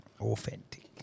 Authentic